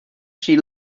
she